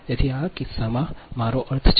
તેથી આ કિસ્સામાં મારો અર્થ છે